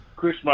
Chris